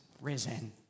risen